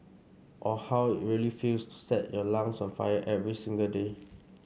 or how it really feels to set your lungs on fire every single day